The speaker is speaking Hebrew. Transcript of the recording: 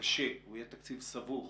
קשה וסבוך,